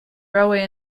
railway